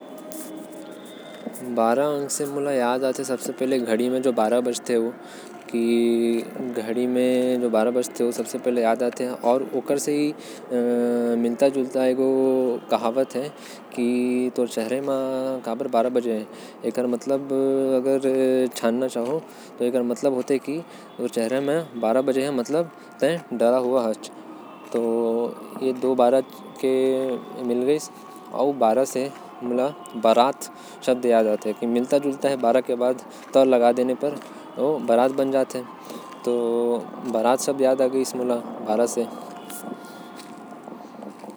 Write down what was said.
बारह से मोके घड़ी के बारह बजना याद आथे। एक कहावतो याद आते की तोर चेहरा के बारह काहे बर बाजिस है। अउ कुछ तो संख्या बारह से मोके नही याद आएल।